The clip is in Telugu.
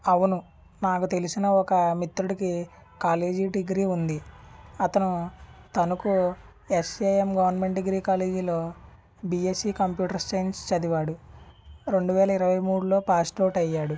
అవును నాకు తెలిసిన ఒక మిత్రుడికి కాలేజీ డిగ్రీ ఉంది అతను తనకు ఎస్ఏఎం గవర్నమెంట్ డిగ్రీ కాలేజీ లో బీఎస్సీ కంప్యూటర్ సైన్స్ చదివాడు రెండు వేల ఇరవై మూడులో పాస్డ్ అవుట్ అయ్యాడు